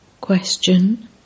Question